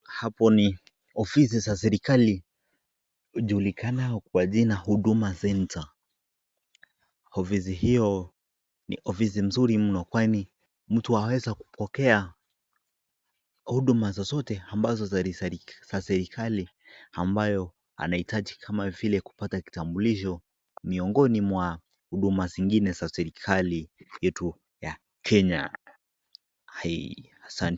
Hapo ni ofisi za serikali hujulikana kwa jina huduma centre. Ofisi hio ni ofisi mzuri mno kwani mtu huweza kupokea huduma zozote ambazo za serikali ambayo anahitaji kama vile kupata kitambulisho, miongoni mwa huduma zingine za serikali yetu ya kenya.